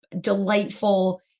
delightful